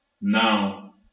now